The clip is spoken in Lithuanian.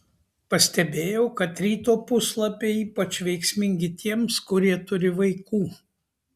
pastebėjau kad ryto puslapiai ypač veiksmingi tiems kurie turi vaikų